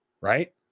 right